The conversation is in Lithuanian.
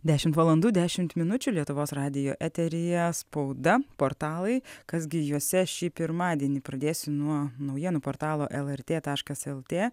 dešimt valandų dešimt minučių lietuvos radijo eteryje spauda portalai kas gi juose šį pirmadienį pradėsiu nuo naujienų portalo lrt taškas lt